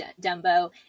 Dumbo